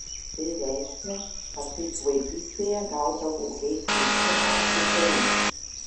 tai reiškė kad kaip vaikystėje gaudavau eiti į kiną dykai